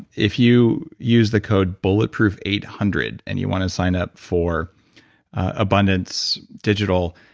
if you use the code bulletproof eight hundred and you wanna sign up for abundance digital,